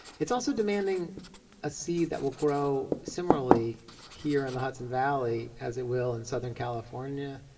it's also demanding a seed that will grow similarly here in the hudson valley as it will in southern california,